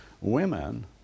women